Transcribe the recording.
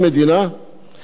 לפני זמן לא רב